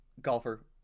golfer